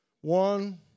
One